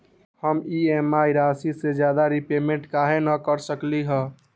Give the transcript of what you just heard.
हम ई.एम.आई राशि से ज्यादा रीपेमेंट कहे न कर सकलि ह?